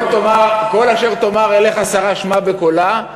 "כל אשר תאמר אליך שרה שמע בקֹלה",